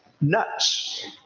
Nuts